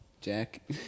Jack